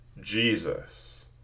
Jesus